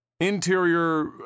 interior